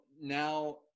now